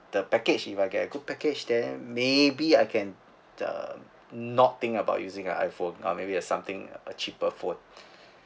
the package if I cannot get a good package then maybe I can uh not think about using iPhone uh maybe a something uh a cheaper phone